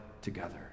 together